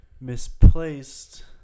misplaced